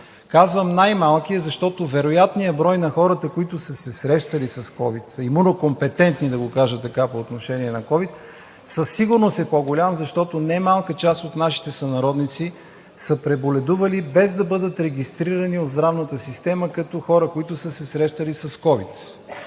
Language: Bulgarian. Казвам най-малкия, защото вероятният брой на хората, които са се срещали с ковид – имунокомпетентни, да го кажа така, по отношение на ковид, със сигурност е по-голям, защото немалка част от нашите сънародници са преболедували, без да бъдат регистрирани от здравната система като хора, които са се срещали с ковид.